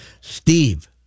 Steve